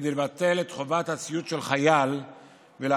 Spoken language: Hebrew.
כדי לבטל את חובת הציות של חייל ולהטיל